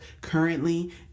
currently